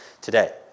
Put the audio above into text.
today